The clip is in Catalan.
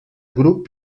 grup